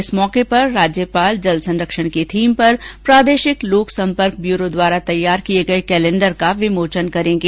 इस अवसर पर राज्यपाल जल संरक्षण की थीम पर प्रादेशिक लोक संपर्क ब्यूरो द्वारा तैयार किए गए कैलेंडर का विमोचन करेंगे